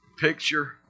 picture